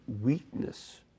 weakness